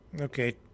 okay